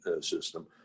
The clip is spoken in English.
system